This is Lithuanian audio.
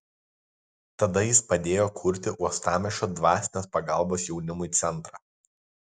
tada jis padėjo kurti uostamiesčio dvasinės pagalbos jaunimui centrą